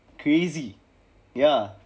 crazy ya